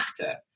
actor